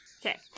Okay